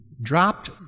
dropped